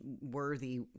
worthy